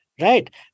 right